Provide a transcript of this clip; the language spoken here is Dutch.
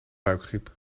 buikgriep